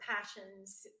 passions